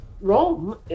Rome